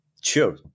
Sure